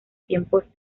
tiempos